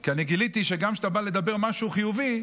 כי אני גיליתי שגם כשאתה בא לדבר משהו חיובי,